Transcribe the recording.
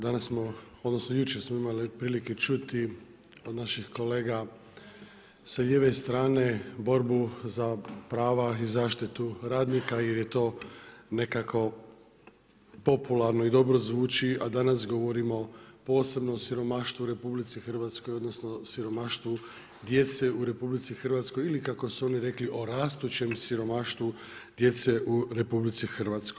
Danas smo odnosno jučer smo imali prilike čuti od naših kolega sa lijeve strane borbu za prava i zaštitu radnika jer je to nekako popularno i dobro zvuči, a danas govorimo posebno o siromaštvu u RH odnosno siromaštvu djece u RH ili kako su oni rekli o rastućem siromaštvu djece u RH.